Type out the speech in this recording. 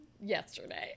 yesterday